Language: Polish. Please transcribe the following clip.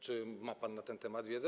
Czy ma pan na ten temat wiedzę?